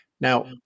Now